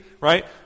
right